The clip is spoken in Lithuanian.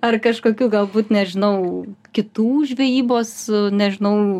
ar kažkokių galbūt nežinau kitų žvejybos nežinau